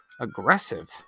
aggressive